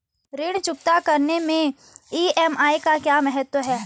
ऋण चुकता करने मैं ई.एम.आई का क्या महत्व है?